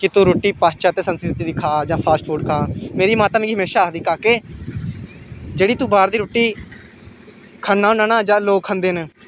कि तूं रुट्टी पाश्चात्य संस्कृति दी खा जां तूं फास्ट फूड खा मेरी माता मिगी हमेशा आखदी काके जेह्ड़ी तूं बाह्र दी रुट्टी खन्ना होन्नां ना जां लोग खंदे न